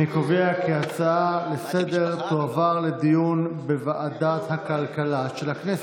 אני קובע כי ההצעה לסדר-היום תועבר לדיון בוועדת הכלכלה של הכנסת.